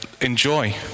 enjoy